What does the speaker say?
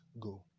go